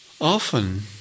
Often